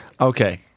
Okay